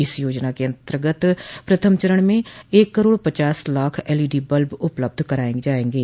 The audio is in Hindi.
इस योजना के तहत प्रथम चरण में एक करोड़ पचास लाख एलईडी बल्ब उपलब्ध कराये जायेंगे